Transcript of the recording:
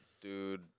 Dude